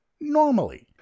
normally